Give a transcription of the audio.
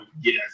yes